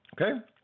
Okay